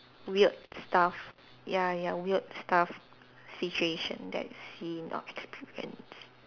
weird stuff ya ya weird stuff situation that seen or experienced